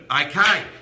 Okay